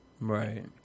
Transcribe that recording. Right